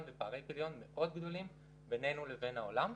ופערי פריון מאוד גדולים בינינו לבין העולם.